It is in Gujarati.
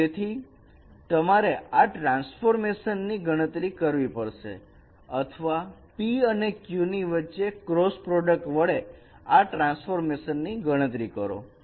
તેથી તમારે આ ટ્રાન્સફોર્મેશન ની ગણતરી કરવી પડશે અથવા p અને q ની વચ્ચે ક્રોસ પ્રોડક્ટ વડે આ ટ્રાન્સફોર્મેશન ની ગણતરી કરો